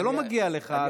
זה לא מגיע לך.